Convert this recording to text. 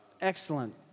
Excellent